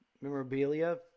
Memorabilia